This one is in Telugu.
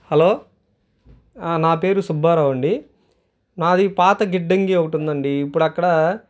హలో నా పేరు సుబ్బారావు అండి నాది పాత గిడ్డంగి ఒకటుందండి ఇప్పుడక్కడ